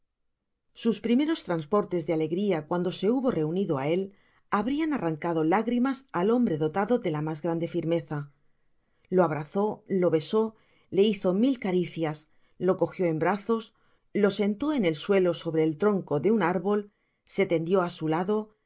sus primeros transportes de alegria cuando se hubo reunido á él habrian arrancado lágrimas al hombre dotado de la mas grande firmeza lo abrazó lo besó le hizo mil caricias lo cogio en brazos lo sentó en el suelo sobre el tronco de un árbol se tendio á su lado